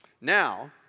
Now